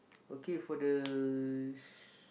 okay for the s~